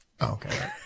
Okay